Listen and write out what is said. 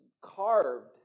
carved